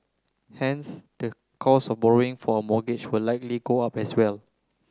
hence the cost of borrowing for a mortgage will likely go up as well